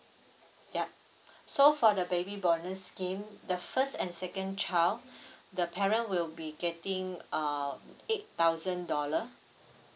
ya so for the baby bonus scheme the first and second child the parent will be getting uh eight thousand dollar